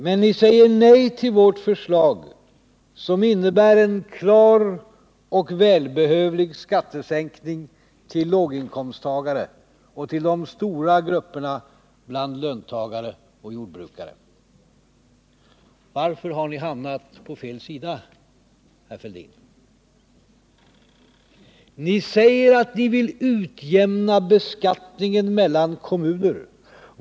Men ni säger nej till vårt förslag, som innebär en klar och välbehövlig skattesänkning för låginkomsttagare och de stora grupperna bland löntagare och jordbrukare. Varför har ni hamnat på fel sida, herr Fälldin? Ni säger att ni vill utjämna beskattningen mellan kommuner.